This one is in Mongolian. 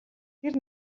тэр